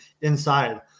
inside